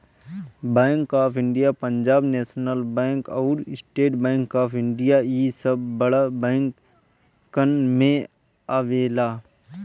bank of India, Punjab national bank अउरी state bank of India इ सब बड़ बैंकन में आवेला